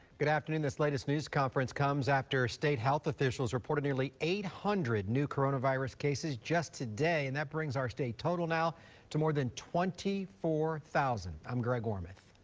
good afternoon. this latest news conference comes after state health officials report nearly eight hundred new coronavirus cases just today and that brings our state total now to more than twenty four thousand. i'm greg warmth.